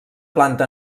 planta